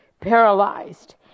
paralyzed